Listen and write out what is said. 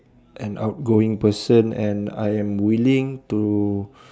an outgoing person and I'm willing to